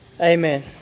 Amen